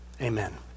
Amen